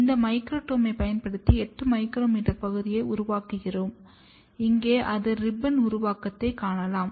இந்த மைக்ரோடோமைப் பயன்படுத்தி 8 மைக்ரோமீட்டர் பகுதியை உருவாக்குகிறோம் இங்கே அது ரிப்பன்களை உருவாக்குவதைக் காணலாம்